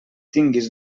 tinguis